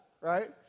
right